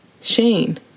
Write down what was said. Shane